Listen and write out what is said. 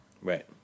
Right